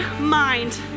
mind